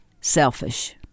selfish